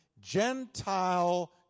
Gentile